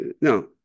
no